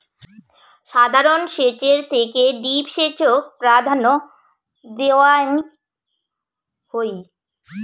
সাধারণ সেচের থেকে ড্রিপ সেচক বেশি প্রাধান্য দেওয়াং হই